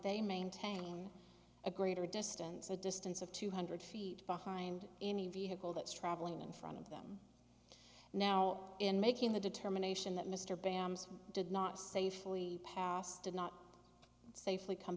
they maintain a greater distance a distance of two hundred feet behind any vehicle that's traveling in front of them now in making the determination that mr benz did not safely did not safely come